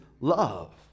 love